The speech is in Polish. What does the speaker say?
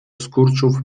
skurczów